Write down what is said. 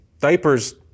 diapers